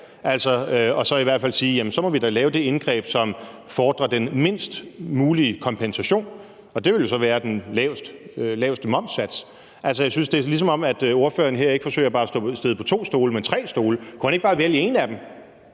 og så i hvert fald sige, at så må vi jo lave det indgreb, som fordrer den mindst mulige kompensation? Og det vil jo så være den laveste momssats. Altså, jeg synes, det er, som om ordføreren her ikke bare forsøger at sidde på to stole, men på tre stole. Kunne han ikke bare vælge én af dem?